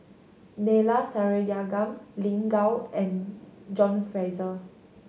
Neila Sathyalingam Lin Gao and John Fraser